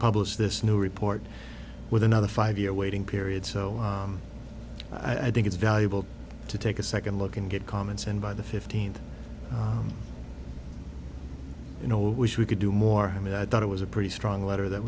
publish this new report with another five year waiting period so i think it's valuable to take a second look and get comments and by the fifteenth you know wish we could do more i mean i thought it was a pretty strong letter that